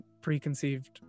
preconceived